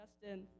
Justin